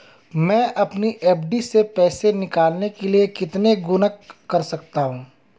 मैं अपनी एफ.डी से पैसे निकालने के लिए कितने गुणक कर सकता हूँ?